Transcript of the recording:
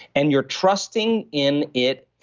and you're trusting in it,